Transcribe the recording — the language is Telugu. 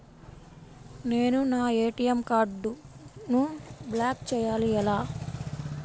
నేను నా ఏ.టీ.ఎం కార్డ్ను బ్లాక్ చేయాలి ఎలా?